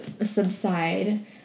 subside